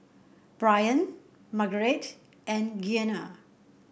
Brian Margeret and Gianna